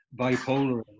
bipolar